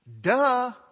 duh